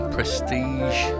Prestige